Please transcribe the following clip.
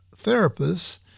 therapists